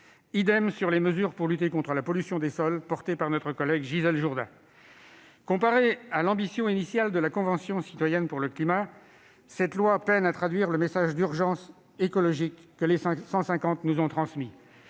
est des mesures tendant à lutter contre la pollution des sols, mesures promues par notre collègue Gisèle Jourda. Comparé à l'ambition initiale de la Convention citoyenne pour le climat, ce texte de loi peine à traduire le message d'urgence écologique que les 150 nous ont transmis.